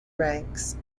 ranks